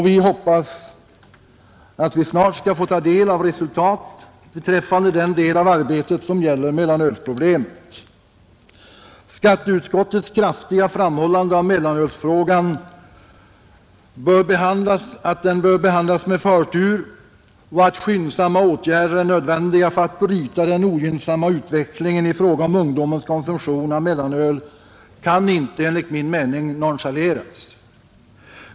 Vi hoppas att vi snart skall få ta del av resultatet beträffande det avsnitt av arbetet som gäller mellanölsproblemet. Skatteutskottets kraftiga framhållande av att mellanölsfrågan bör behandlas med förtur och att skyndsamma åtgärder är nödvändiga för att bryta den ogynnsamma utvecklingen i fråga om ungdomens konsumtion av mellanöl kan enligt min mening inte nonchaleras.